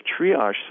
triage